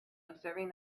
observing